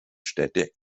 städte